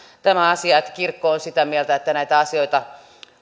tämä asia että kirkko on sitä mieltä että näitä asioita